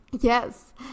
yes